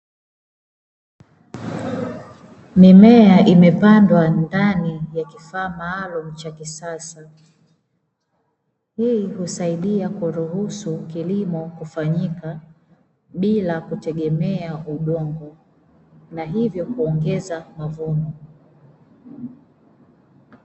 Mimea imepandwa ndani ya kifaa maalumu cha kisasa. Hii husaidia kuruhusu kilimo kufanyika bila kutegemea udongo, na hivyo kuongeza mavuno.